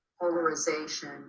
polarization